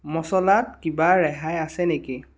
মচলাত কিবা ৰেহাই আছে নেকি